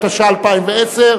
התש"ע 2010?